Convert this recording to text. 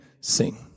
sing